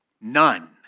None